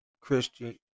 christian